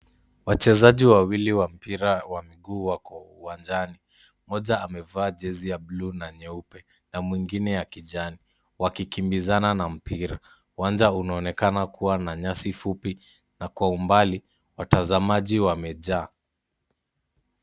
Wachezaji wawili wa mpira wa miguu wako uwanjani. Mmoja amevaa jezi ya bluu na nyeupe na mwingine kijani. Wakikimbizana na mpira. Uwanja unaonekana kuwa na nyasi fupi na kwa umbali, watazamaji wamejaa.